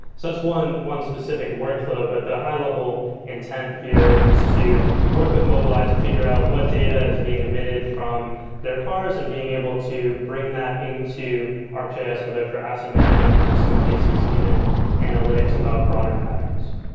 so that's one one specific workflow, but the high-level intent here is to work with mobileye to figure out what data is being emitted from their cars and being able to bring that into arcgis whether for asset management or in some cases even analytics about broader patterns.